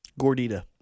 Gordita